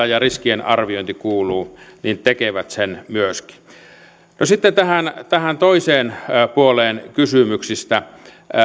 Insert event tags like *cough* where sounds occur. *unintelligible* ja riskienarviointi kuuluu myöskin tekee sen no sitten tähän tähän toiseen puoleen kysymyksistä